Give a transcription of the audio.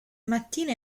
mattina